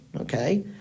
okay